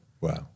Wow